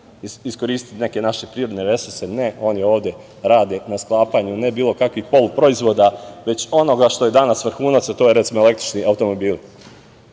iskoriste neke naše prirodne resurse. Ne, oni ovde rade na sklapanju ne bilo kakvih polu proizvoda, već onoga što je danas vrhunac, a to su recimo električni automobili